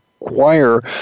require